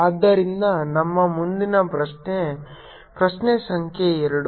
ಆದ್ದರಿಂದ ನಮ್ಮ ಮುಂದಿನ ಪ್ರಶ್ನೆ ಪ್ರಶ್ನೆ ಸಂಖ್ಯೆ ಎರಡು